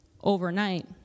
overnight